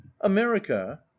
america